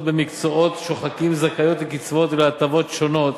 במקצועות שוחקים זכאיות לקצבאות ולהטבות שונות